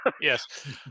Yes